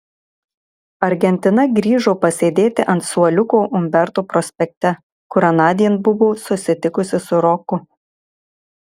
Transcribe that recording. argentina grįžo pasėdėti ant suoliuko umberto prospekte kur anądien buvo susitikusi su roku